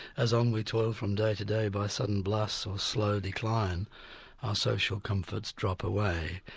as on we toil from day to day by sudden blasts or slow decline our social comforts drop away.